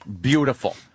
Beautiful